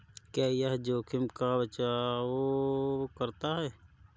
क्या यह जोखिम का बचाओ करता है?